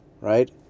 Right